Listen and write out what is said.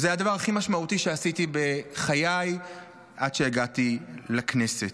וזה היה הדבר הכי משמעותי שעשיתי בחיי עד שהגעתי לכנסת.